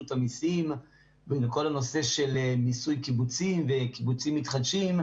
המיסים בכל הנושא של מיסוי קיבוצים וקיבוצים מתחדשים.